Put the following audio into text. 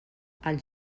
els